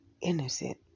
innocent